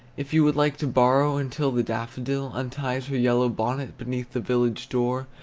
if you would like to borrow until the daffodil unties her yellow bonnet beneath the village door,